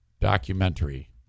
documentary